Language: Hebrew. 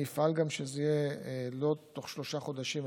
אני אפעל גם שזה יהיה לא בתוך שלושה חודשים,